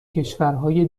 کشورهای